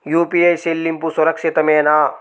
UPI చెల్లింపు సురక్షితమేనా?